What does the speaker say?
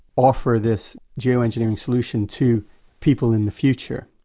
offer this geoengineering solution to people in the future.